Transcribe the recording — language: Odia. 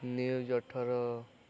ନ୍ୟୁଜ୍ ଅଠର